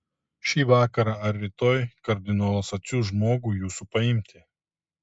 šį vakarą ar rytoj kardinolas atsiųs žmogų jūsų paimti